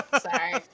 Sorry